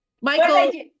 Michael